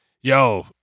yo